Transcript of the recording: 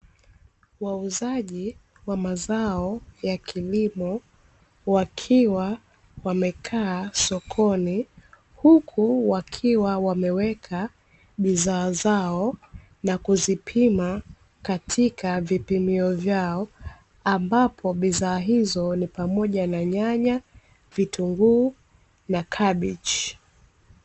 Wauzaji wa mazao ya kilimo wakiwa wamekaa sokoni huku wakiwa wameweka bidhaa zao na kuzipima katika vipimio vyao, ambapo bidhaa hizo ni pamoja na nyana, vitunguu na kabichi.